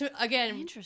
again